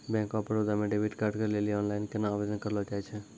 Bank of Baroda मे debit card के लेली आनलाइन केना आवेदन करलो जाय छै?